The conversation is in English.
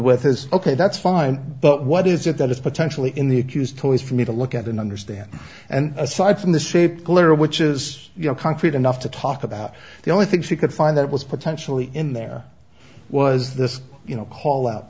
with is ok that's fine but what is it that is potentially in the accused toys for me to look at and understand and aside from the shape clear which is you know concrete enough to talk about the only thing she could find that was potentially in there was this you know call out